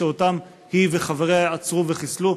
ואותם היא וחבריה עצרו וחיסלו.